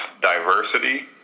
diversity